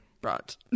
brought